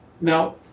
Now